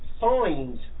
find